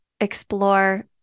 Explore